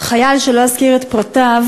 חייל שלא אזכיר את פרטיו